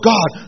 God